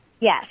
Yes